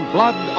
Blood